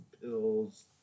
pills